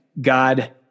God